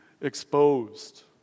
exposed